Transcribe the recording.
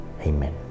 Amen